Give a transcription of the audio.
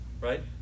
Right